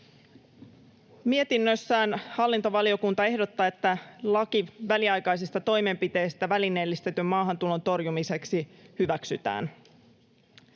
Mietinnössään hallintovaliokunta ehdottaa, että laki väliaikaisista toimenpiteistä välineellistetyn maahantulon torjumiseksi hyväksytään.